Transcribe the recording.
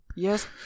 Yes